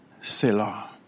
Selah